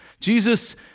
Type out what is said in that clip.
Jesus